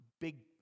big